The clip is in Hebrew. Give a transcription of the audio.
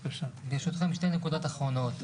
ברשותכם, שתי נקודות אחרונות.